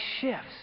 shifts